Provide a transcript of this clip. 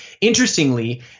interestingly